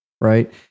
right